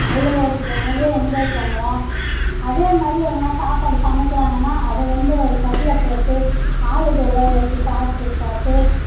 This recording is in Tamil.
அவ்வளோ ஒரு ஜாலியாக என்ஜாய் பண்ணுவோம் அதே மாதிரி எதனால் சாப்பாடு சமைக்கிறாங்கனா அதை வந்து ஒரு தட்டில் போட்டு ஆளுக்கு ஒரு வாய் எடுத்து சாப்பிட்டு பார்த்து